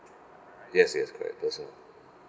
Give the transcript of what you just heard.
yes yes correct personal